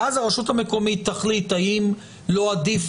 ואז הרשות המקומית תחליט האם לא עדיף